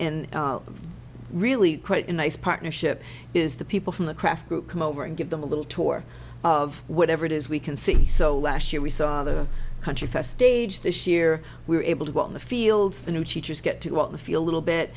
n really quite a nice partnership is the people from the craft group come over and give them a little tour of whatever it is we can see so last year we saw the country fest stage this year we were able to go out in the field the new teachers get to walk the feel a little bit